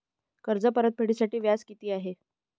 कर्ज परतफेडीसाठी व्याज किती आहे?